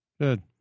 Good